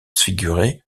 figuré